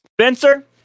spencer